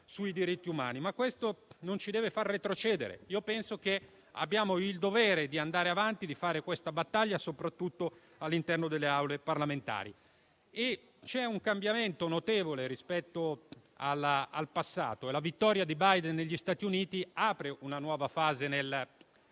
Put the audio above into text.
sui diritti umani, ma questo non ci deve far retrocedere. Abbiamo il dovere di andare avanti e fare questa battaglia soprattutto all'interno delle Aule parlamentari. C'è un cambiamento notevole rispetto al passato, in quanto la vittoria di Biden negli Stati Uniti apre una nuova fase nel